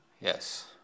Yes